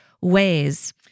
ways